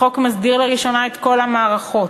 החוק מסדיר לראשונה את כל המערכות,